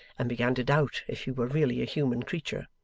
and began to doubt if he were really a human creature.